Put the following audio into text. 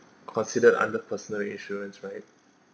considered under personal insurance right